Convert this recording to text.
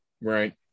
right